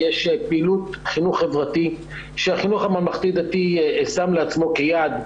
יש פעילות חינוך חברתי שהחינוך הממלכתי-דתי שם לעצמו כיעד מבחינתו.